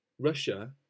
Russia